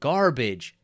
Garbage